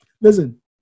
Listen